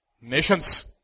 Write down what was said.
nations